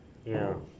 ya